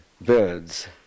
birds